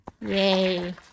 Yay